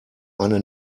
eine